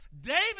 David